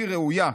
היא ראויה,